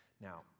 Now